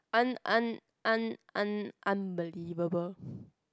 un~ un~ un~ un~ unbelievable